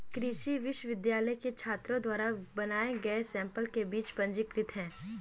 कृषि विश्वविद्यालय के छात्रों द्वारा बनाए गए सैंपल के बीज पंजीकृत हैं